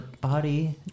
body